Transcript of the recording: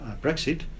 Brexit